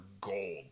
gold